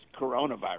coronavirus